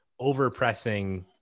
overpressing